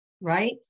right